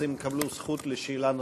הם יקבלו זכות לשאלה נוספת,